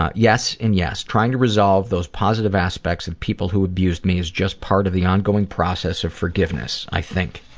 ah yes and yes. trying to resolve those positive aspects of people who abused me is just part of the ongoing process of forgiveness, i think.